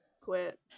quit